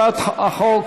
הצעת החוק